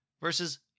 versus